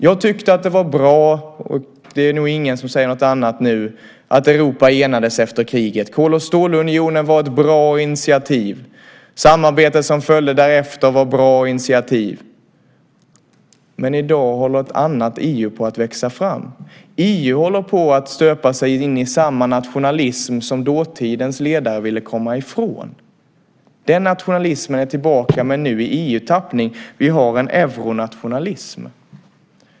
Jag tyckte att det var bra - och det är nog ingen som säger något annat nu - att Europa enades efter kriget. Kol och stålunionen var ett bra initiativ. Samarbetet som följde därefter var ett bra initiativ. Men i dag håller ett annat EU på att växa fram. EU håller på att stöpa sig in i samma nationalism som dåtidens ledare ville komma ifrån. Den nationalismen är tillbaka men nu i EU-tappning. Vi har en euronationalism.